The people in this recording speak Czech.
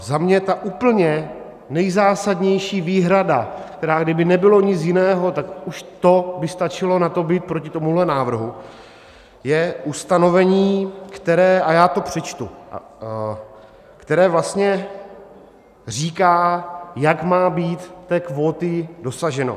Za mě úplně nejzásadnější výhrada, která, kdyby nebylo nic jiného, tak už to by stačilo na to, být proti tomuto návrhu, je ustanovení, které, a já to přečtu, říká, jak má být té kvóty dosaženo.